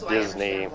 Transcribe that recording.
Disney